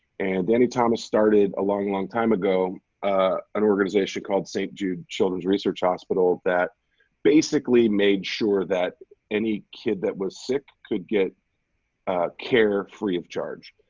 and danny thomas started a long, long time ago an organization called st. jude children's research hospital that basically made sure that any kid that was sick could get care, free of charge.